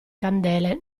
candele